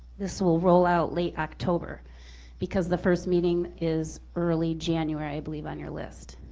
this will roll out late october because the first meeting is early january i believe on your list.